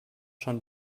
schon